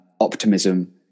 optimism